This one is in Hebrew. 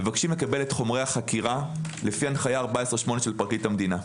מבקשים לקבל את חומרי החקירה לפי הנחיה 14-8 של פרקליט המדינה.